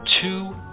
two